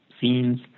scenes